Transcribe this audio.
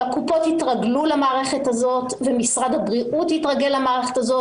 הקופות התרגלו למערכת הזאת ומשרד הבריאות התרגל למערכת הזאת,